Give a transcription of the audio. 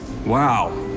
Wow